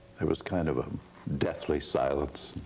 there was kind of a deathly silence,